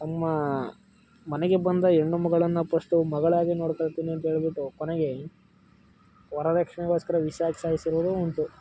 ತಮ್ಮ ಮನೆಗೆ ಬಂದ ಹೆಣ್ಣು ಮಗಳನ್ನು ಪಸ್ಟು ಮಗಳಾಗಿ ನೋಡ್ಕೊಳ್ತೇನೆ ಅಂತ ಹೇಳ್ಬಿಟ್ಟು ಕೊನೆಗೆ ವರದಕ್ಷಿಣೆಗೋಸ್ಕರ ವಿಷ ಹಾಕ್ ಸಾಯಿಸಿರೋದೂ ಉಂಟು